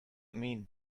mean